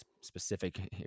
specific